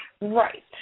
Right